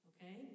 Okay